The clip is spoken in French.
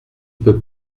peut